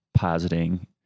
Positing